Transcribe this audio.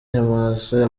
nyamwasa